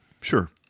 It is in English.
sure